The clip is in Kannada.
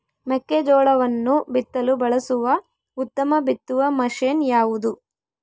ಮೆಕ್ಕೆಜೋಳವನ್ನು ಬಿತ್ತಲು ಬಳಸುವ ಉತ್ತಮ ಬಿತ್ತುವ ಮಷೇನ್ ಯಾವುದು?